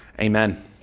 Amen